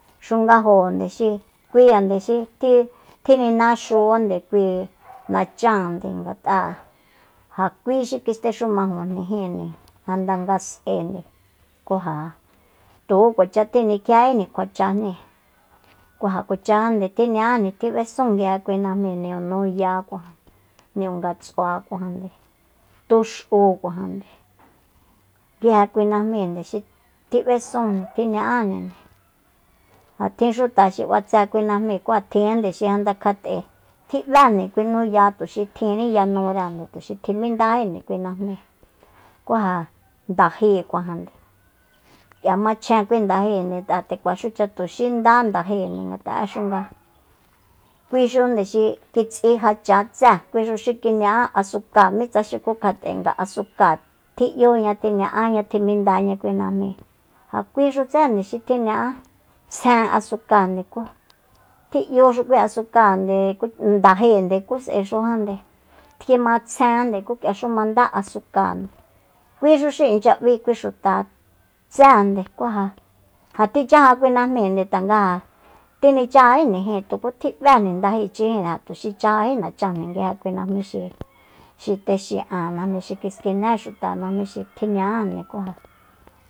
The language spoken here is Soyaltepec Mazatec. Xungajojande xi kuijande xi tininaxunde kui nacháande ngat'a ja kui xi kistexumajojnijinnde janda nga s'ae ku ja tuku kuacha tjinikjiéjíjni kjua chajni ku ja kuachajande tjiña'ajni tji b'esújni nguije kui najmi niñu nuyakua niñu ngatsuakua tux'ukuajande nguije kui najminde xi tjib'esunjni tiña'ajninde ja tjin xuta xi b'atse kui najmi ku ja tjinjande xi janda kjat'e tjib'énde kui nuya tuxi tjinní yanurende tuxi tjimindají kui najmíi ku ja ndajéekuajande k'ia machjen kui ndaje ngat'a nde kuaxucha tuxi nda ndajende ngat'a'exunga kui xunde xi kits'i já cha tsée kuixu xi kiña'a asukáa mitsa xuku kjat'e nga asuka tji 'yuña tjiña'aña tjimindaña kui najmíi ja kui xu tse nde xi tjiña'a tsjen asukáa ku tji'yuxu kui asukáande ndajende ku s'aexujande kjimatsjende ku k'iaxu manda asukáande kui xu xi incha b'í kui xuta tsée ku ja ja tichaja kui najmíinde tanga ja tjinichajajíjnijin tuku tji'bejni ndajechijin nga tuxi chajají nachanjni nguije kui najmí xi- xi texin'an najmí xi skiné xuta najmí xi tjiña'ande ku ja